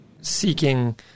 seeking